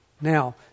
Now